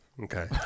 Okay